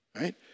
right